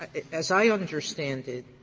as i understand it,